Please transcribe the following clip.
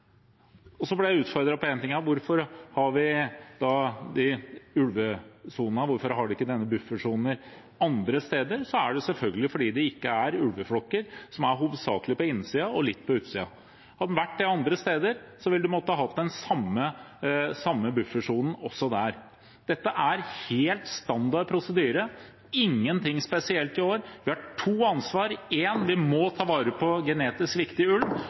Jeg ble utfordret på en ting – hvorfor vi har de ulvesonene, hvorfor vi ikke har slike buffersoner andre steder. Det er selvfølgelig fordi det ikke er ulveflokker som er hovedsakelig på innsiden og litt på utsiden. Hadde de vært det andre steder, ville vi måttet ha den samme buffersonen også der. Dette er helt standard prosedyre – ingenting spesielt i år. Vi har ansvar for to ting: Vi må ta vare på genetisk viktig ulv,